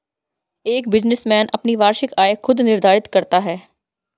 एक बिजनेसमैन अपनी वार्षिक आय खुद निर्धारित करता है